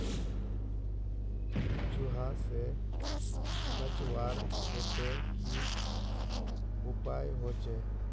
चूहा से बचवार केते की उपाय होचे?